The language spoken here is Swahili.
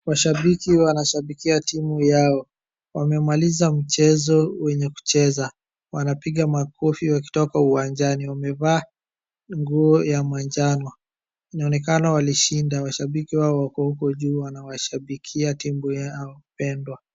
Washabiki wanashabikia timu yao, wamemaliza mchezo wenye kucheza wanapiga makofi wakitoka uwanjani wamevaa nguo ya manjano, inaonekana walishinda, washabiki wao wako huko juu wanawashabikia timu yao pendwa.